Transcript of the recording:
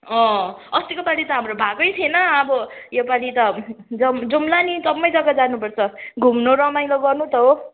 अँ अस्तिको पालि त हाम्रै भएकै थिएन अब योपालि त जौँ जौँला नि जम्मैजग्गा जानुपर्छ घुम्नु रमाइलो गर्नु त हो